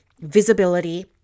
visibility